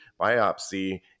biopsy